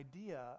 idea